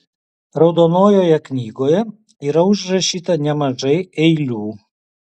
raudonojoje knygoje yra užrašyta nemažai eilių